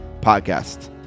Podcast